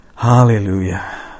Hallelujah